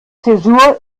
zäsur